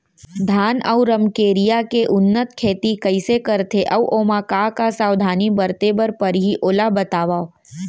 धान अऊ रमकेरिया के उन्नत खेती कइसे करथे अऊ ओमा का का सावधानी बरते बर परहि ओला बतावव?